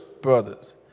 brothers